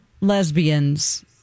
lesbians